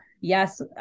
yes